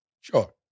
Sure